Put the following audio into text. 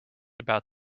about